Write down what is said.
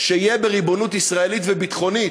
שיהיה בריבונות ישראלית, וביטחונית,